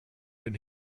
den